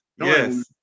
Yes